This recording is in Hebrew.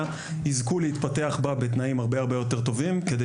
יזכו להתפתח בה בתנאים הרבה יותר טובים כדי